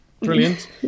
brilliant